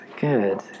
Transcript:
Good